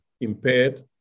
impaired